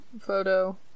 photo